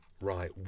right